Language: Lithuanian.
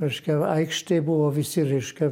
reiškia aikštėj buvo visi reiškia